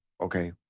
Okay